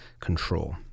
control